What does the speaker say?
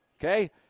okay